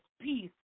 peace